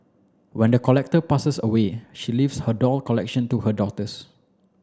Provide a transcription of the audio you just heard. when the collector passes away she leaves her doll collection to her daughters